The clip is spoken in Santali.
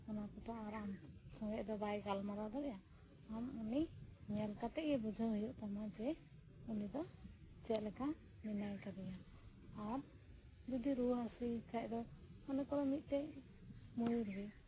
ᱚᱱᱟ ᱠᱚᱫᱚ ᱟᱨ ᱟᱢ ᱥᱚᱸᱜᱮᱫ ᱫᱚ ᱵᱟᱭ ᱜᱟᱞᱢᱟᱨᱟᱣ ᱫᱟᱲᱮᱭᱟᱜᱼᱟ ᱟᱢ ᱩᱱᱤ ᱧᱮᱞ ᱠᱟᱛᱮᱜ ᱜᱮ ᱵᱩᱡᱷᱟᱹᱣ ᱦᱩᱭᱩᱜ ᱛᱟᱢᱟ ᱡᱮ ᱩᱱᱤ ᱫᱚ ᱪᱮᱜ ᱞᱮᱠᱟ ᱢᱮᱱᱟᱭ ᱠᱟᱫᱮᱭᱟ ᱟᱨ ᱡᱩᱫᱤ ᱨᱩᱣᱟᱹ ᱦᱟᱥᱩᱭᱮ ᱠᱷᱟᱡ ᱫᱚ ᱢᱚᱱᱮ ᱠᱚᱨᱚ ᱢᱤᱜᱴᱮᱡ ᱢᱚᱭᱩᱨ ᱜᱮ